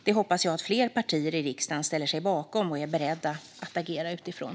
Det hoppas jag att fler partier i riksdagen ställer sig bakom och är beredda att agera utifrån.